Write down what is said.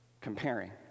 Comparing